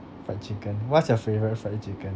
fried chicken what's your favourite fried chicken